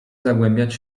zagłębiać